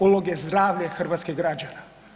Ulog je zdravlje hrvatskih građana.